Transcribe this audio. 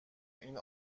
این